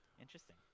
interesting